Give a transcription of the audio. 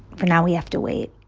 for now we have to wait